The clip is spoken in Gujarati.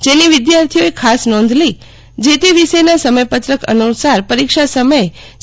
જેની વિધાર્થીઓને ખાસ નોંધ લઇ જે તે વિષયના સમય પત્રક અનુસાર પરીક્ષા સમયે શ્રી જે